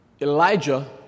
Elijah